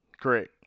Correct